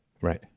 right